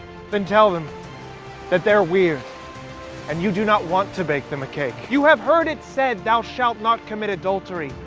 then tell them that they're weird and you do not want to bake them a cake. you have heard it said, thou shalt not commit adultery,